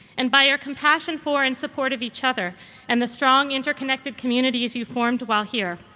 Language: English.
and by your compassion for and support of each other and the strong interconnected communities you formed while here.